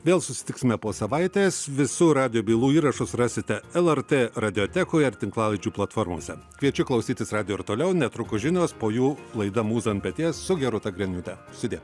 vėl susitiksime po savaitės visų radijo bylų įrašus rasite lrt radiotekoje ar tinklalaidžių platformose kviečiu klausytis radijo ir toliau netrukus žinios po jų laida mūza ant peties su gerūta griniūte sudie